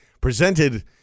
presented